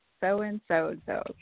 so-and-so-and-so